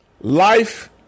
Life